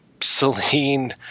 Celine